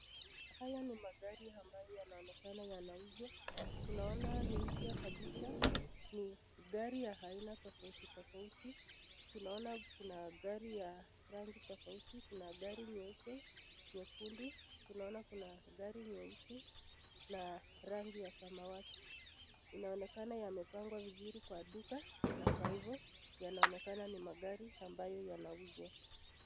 Haya ni magari ambayo yanaonekana yanauzwa. Tunanaona ni mpya kabisa ni gari ya aina tofauti tofauti. Tunaona kuna gari ra rangi tofauti, kuna gari nyeupe, kuna gari ya nyekundu, tunaona kuna gari nyeusi na rangi ya samawati. Inaonekana yamepangwa vizuri kwa duka na kwa hivyo, yanaonekana ni magari ambayo yanauzwa.